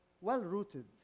Well-rooted